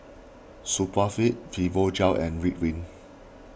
Supravit Fibogel and Ridwind